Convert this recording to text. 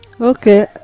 Okay